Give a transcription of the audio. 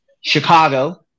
Chicago